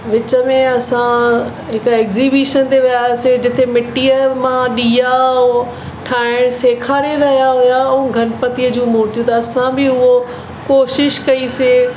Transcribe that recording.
विच में असां हिकु एग्ज़ीबीशन ते वियासीं जिते मिटीअ मां ॾीआ उहो ठाहिण सेखारे रहिया हुआ ऐं गणपति जूं मूर्तियूं त असां बि उहो कोशिशि कईसीं